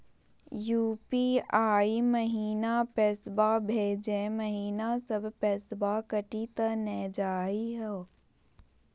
UPI महिना पैसवा भेजै महिना सब पैसवा कटी त नै जाही हो?